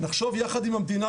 נחשוב יחד עם המדינה,